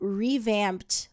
revamped